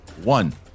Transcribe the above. one